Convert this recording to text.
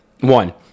one